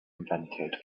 invented